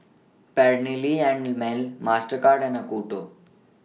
Perllini and Mel Mastercard and Acuto